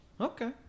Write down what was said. okay